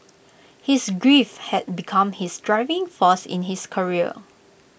his grief had become his driving force in his career